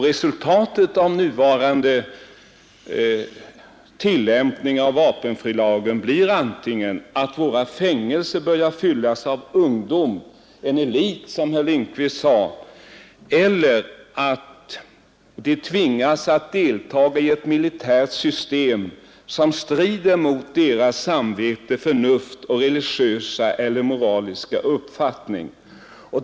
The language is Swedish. Resultatet av nuvarande tillämpning av vapenfrilagen blir antingen att våra fängelser börjar fyllas av ungdom — en elit, som herr Lindkvist sade — eller att de unga tvingas att deltaga i ett militärt system som. strider mot deras samvete, förnuft och religiösa eller moraliska uppfattning.